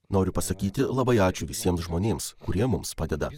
noriu pasakyti labai ačiū visiems žmonėms kurie mums padeda